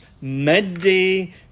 midday